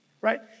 Right